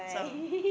some